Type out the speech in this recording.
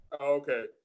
Okay